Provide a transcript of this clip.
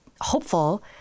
hopeful